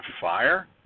fire –